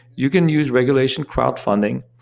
you can use regulation crowdfunding,